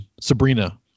Sabrina